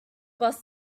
bus